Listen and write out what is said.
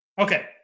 Okay